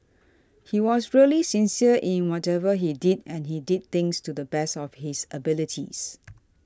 he was really sincere in whatever he did and he did things to the best of his abilities